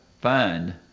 find